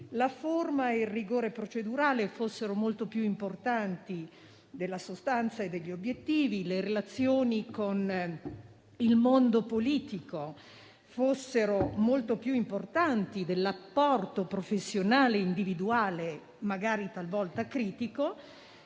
la forma e il rigore procedurale fossero molto più importanti della sostanza e degli obiettivi, che le relazioni con il mondo politico fossero molto più importanti dell'apporto professionale individuale, magari talvolta critico,